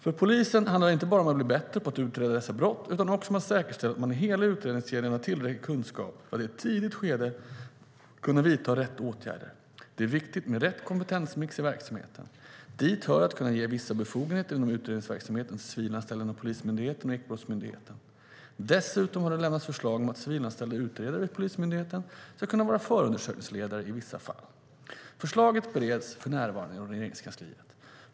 För polisen handlar det inte bara om att bli bättre på att utreda dessa brott utan också om att säkerställa att man i hela utredningskedjan har tillräcklig kunskap för att i ett tidigt skede kunna vidta rätt åtgärder. Det är viktigt med rätt kompetensmix i verksamheten. Dit hör att kunna ge vissa befogenheter inom utredningsverksamheten till civilanställda inom Polismyndigheten och Ekobrottsmyndigheten. Dessutom har det lämnats förslag om att civilanställda utredare vid Polismyndigheten ska kunna vara förundersökningsledare i vissa fall. Förslaget bereds för närvarande inom Regeringskansliet.